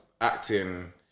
acting